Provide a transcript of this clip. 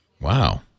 Wow